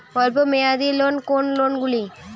অল্প মেয়াদি লোন কোন কোনগুলি?